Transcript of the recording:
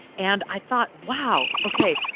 and i thought, wow, ok.